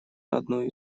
одной